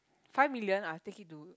five million I will take it to